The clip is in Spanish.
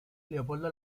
leopoldo